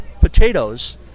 potatoes